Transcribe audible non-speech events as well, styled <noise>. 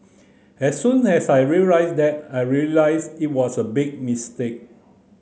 as soon as I said <unintelligible> that I realised it was a big mistake